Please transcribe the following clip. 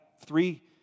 three